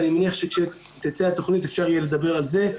ואני מניח שכשתצא התוכנית אפשר יהיה לדבר על זה.